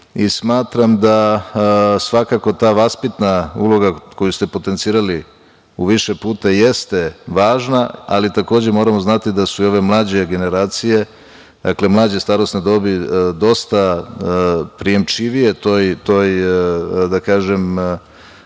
smatram da svakako to vaspitna uloga, koju ste potencirali više puta, jeste važna, ali takođe moramo znati da su i ove mlađe generacije, mlađe starosne dobi dosta prijamčivije toj tehničko